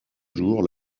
jours